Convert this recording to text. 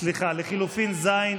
סליחה, לחלופין ז'.